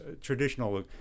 traditional